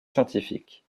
scientifiques